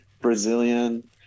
Brazilian